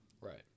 right